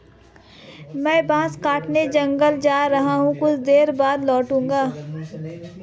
मैं बांस काटने जंगल जा रहा हूं, कुछ देर बाद लौटूंगा